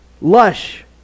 lush